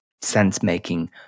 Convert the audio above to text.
sense-making